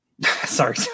sorry